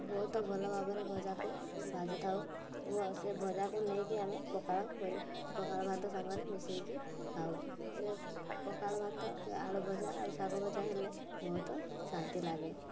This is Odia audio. ବହୁତ ଭଲ ଭାବରେ ଭଜାକୁ ଭାଜି ଥାଉ ଓ ସେ ଭଜାକୁ ନେଇକି ଆମେ ପଖାଳ କରି ପଖାଳ ଭାତ ସାଙ୍ଗରେ ମିଶେଇକି ଖାଉ ସେ ପଖାଳ ଭାତ ଆଳୁ ଭଜା ଆଉ ଶାଗ ଭଜା ହେଲେ ବହୁତ ଶାନ୍ତି ଲାଗେ